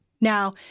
Now